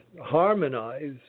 harmonize